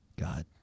God